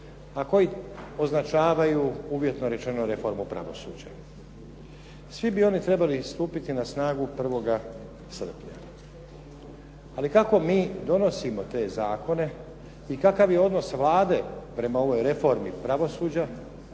a koji označavaju uvjetno rečeno reformu pravosuđa. Svi bi oni trebali stupiti na snagu 1. srpnja. Ali kako mi donosimo te zakone i kakav je odnos Vlade prema ovoj reformi pravosuđa